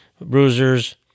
bruisers